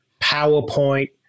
PowerPoint